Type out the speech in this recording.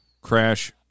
crash